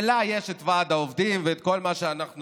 שלה יש את ועד העובדים ואת כל מה שאנחנו